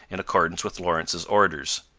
in accordance with lawrence's orders.